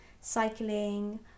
cycling